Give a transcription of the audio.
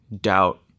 doubt